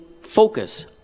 focus